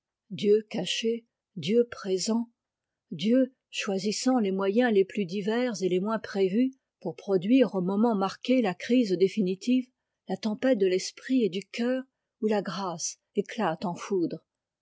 dieu caché dieu présent dieu choisissant les moyens les plus divers et les moins prévus pour produire au moment marqué la crise définitive la tempête de l'esprit et du cœur où la grâce éclate en foudre